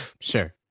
sure